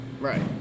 right